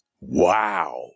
Wow